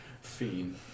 Fiend